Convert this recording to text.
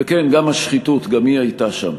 וכן, גם השחיתות, גם היא הייתה שם